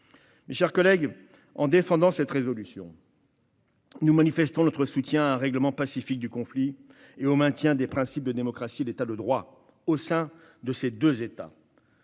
Mes chers collègues, en défendant cette proposition de résolution, nous manifestons notre soutien à un règlement pacifique du conflit, au maintien des principes de la démocratie et de l'État de droit chez les deux